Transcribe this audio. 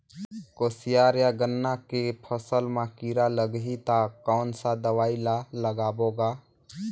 कोशियार या गन्ना के फसल मा कीरा लगही ता कौन सा दवाई ला लगाबो गा?